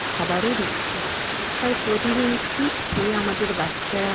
খাবারও দিচ্ছে তাই প্রতিদিন কি খেয়ে আমাদের বাচ্চারা